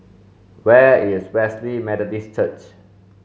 where is Wesley Methodist Church